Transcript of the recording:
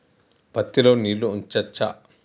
పత్తి లో నీళ్లు ఉంచచ్చా?